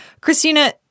Christina